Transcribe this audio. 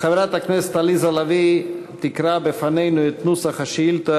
חברת הכנסת עליזה לביא תקרא בפנינו את נוסח השאילתה